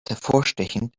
hervorstechend